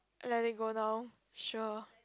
oh let me go now sure